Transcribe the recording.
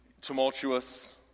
tumultuous